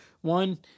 One